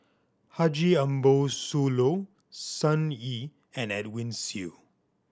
Haji Ambo Sooloh Sun Yee and Edwin Siew